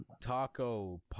Taco